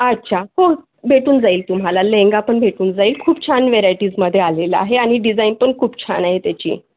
अच्छा हो भेटून जाईल तुम्हाला लेहंगा पण भेटून जाईल खूप छान व्हेरायटीजमध्ये आलेला आहे आणि डिजाईन पण खूप छान आहे त्याची